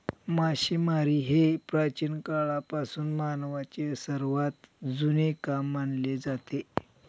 मासेमारी हे प्राचीन काळापासून मानवाचे सर्वात जुने काम मानले जाते